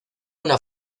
una